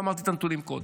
ואמרתי את הנתונים קודם.